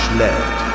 left